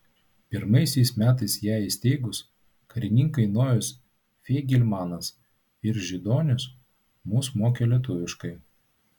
pirmaisiais metais ją įsteigus karininkai nojus feigelmanas ir židonis mus mokė lietuviškai